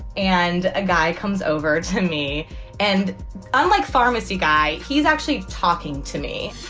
and a guy comes over to me and unlike pharmacy guy, he's actually talking to me.